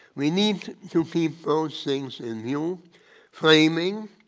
we need to keep those things in view timing